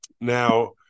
Now